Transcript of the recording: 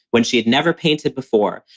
when she had never painted before.